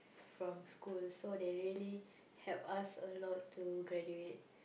from school so they really help us a lot to graduate